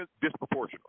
disproportionately